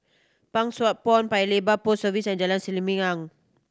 Pang Sua Pond Paya Lebar Post Office and Jalan Selimang